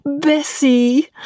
Bessie